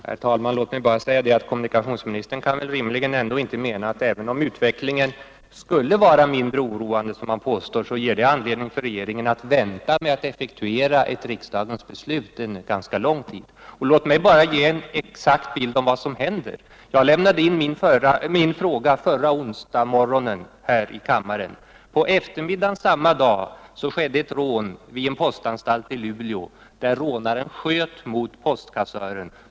Herr talman! Även om utvecklingen skulle vara mindre oroande, som kommunikationsministern påstår, kan väl kommunikationsministern inte rimligen mena att detta ger regeringen anledning att vänta med att effektuera riksdagens beslut under en ganska lång tid. Låt mig ge en bild av vad som händer just nu. Jag lämnade in min fråga förra onsdagsmorgonen här i riksdagen. På eftermiddagen samma dag skedde ett rån vid en postanstalt i Luleå, där rånaren sköt mot postkassören.